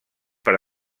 per